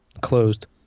closed